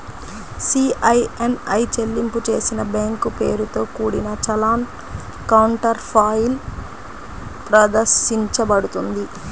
CIN ఇ చెల్లింపు చేసిన బ్యాంక్ పేరుతో కూడిన చలాన్ కౌంటర్ఫాయిల్ ప్రదర్శించబడుతుంది